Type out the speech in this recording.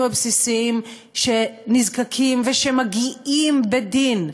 הבסיסיים שהם נזקקים להם ושמגיעים להם בדין,